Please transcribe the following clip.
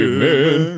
Amen